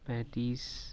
پینتیس